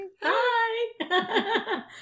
Hi